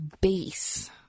base